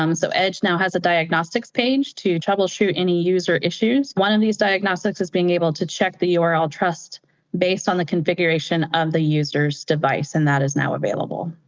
um so edge now has a diagnostics page to troubleshoot any user issues. one of these diagnostics is being able to check the url trust based on the configuration of the user's device, and that is now available.